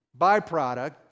byproduct